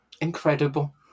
Incredible